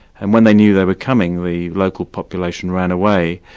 and when they knew they were coming, the local population ran away.